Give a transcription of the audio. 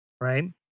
right